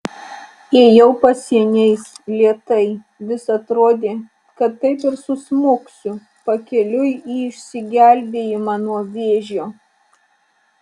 ėjau pasieniais lėtai vis atrodė kad taip ir susmuksiu pakeliui į išsigelbėjimą nuo vėžio